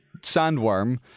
sandworm